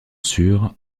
sur